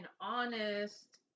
honest